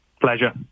Pleasure